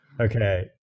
Okay